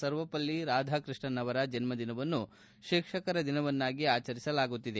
ಸರ್ವಪಲ್ಲಿ ರಾಧಕೃಷ್ಣನ್ ಅವರ ಜನ್ಮ ದಿನವನ್ನು ಶಿಕ್ಷಕರ ದಿನವನ್ನಾಗಿ ಆಚರಿಸಲಾಗುತ್ತಿದೆ